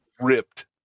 ripped